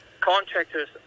Contractors